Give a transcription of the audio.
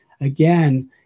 again